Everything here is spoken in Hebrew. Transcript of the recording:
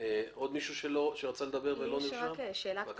שאלה.